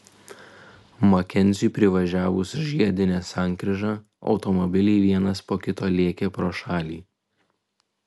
makenziui privažiavus žiedinę sankryžą automobiliai vienas po kito lėkė pro šalį